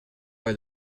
are